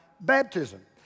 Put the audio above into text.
baptism